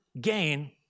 gain